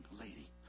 lady